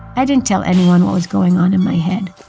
i didn't tell anyone what was going on in my head.